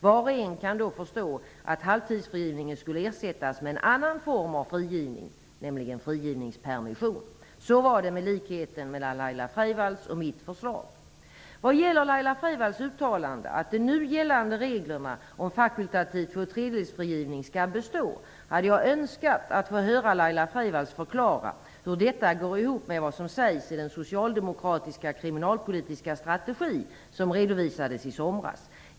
Var och en kan då förstå att halvtidsfrigivningen skulle ersättas med en annan form av frigivning, nämligen frigivningspermission. Så var det med likheten mellan Laila Freivalds och mitt förslag. Vad gäller Laila Freivalds uttalande att de nu gällande reglerna om fakultativ tvåtredjedelsfrigivning skall bestå hade jag önskat att få höra Laila Freivalds förklara hur detta går ihop med vad som sägs i den socialdemokratiska kriminalpolitiska stategi som redovisades i somras.